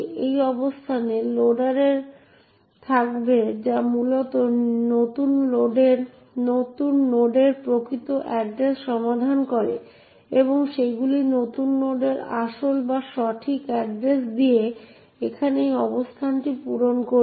এই অবস্থানটি লোডারে থাকবে যা মূলত নতুন নোডের প্রকৃত এড্রেস সমাধান করে এবং সেগুলি নতুন নোডের আসল বা সঠিক এড্রেস দিয়ে এখানে এই অবস্থানটি পূরণ করবে